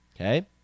okay